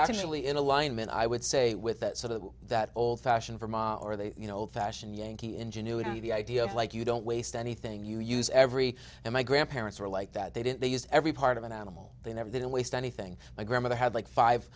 actually in alignment i would say with that sort of that old fashioned vermont or the you know old fashioned yankee ingenuity the idea of like you don't waste anything you use every day my grandparents were like that they didn't they used every part of an animal they never didn't waste anything my grandmother had like five